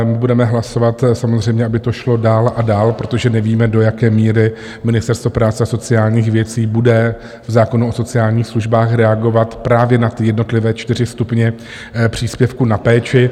Budeme hlasovat samozřejmě, aby to šlo dál a dál, protože nevíme, do jaké míry Ministerstvo práce a sociálních věcí bude v zákonu o sociálních službách reagovat právě na jednotlivé čtyři stupně příspěvku na péči.